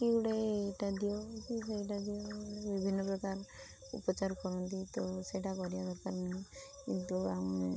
କି ଗୋଟେ ଏଇଟା ଦିଅ କି ସେଇଟା ଦିଅ ବିଭିନ୍ନ ପ୍ରକାର ଉପଚାର କରନ୍ତି ତ ସେଇଟା କରିବା ଦରକାର ନୁହଁ କିନ୍ତୁ ଆମେ